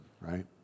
right